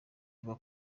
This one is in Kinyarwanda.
avuga